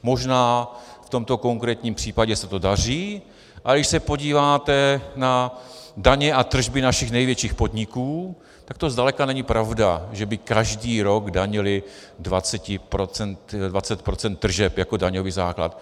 Možná v tomto konkrétním případě se to daří, ale když se podíváte na daně a tržby našich největších podniků, tak to zdaleka není pravda, že by každý rok danily 20 % tržeb jako daňový základ.